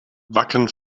wacken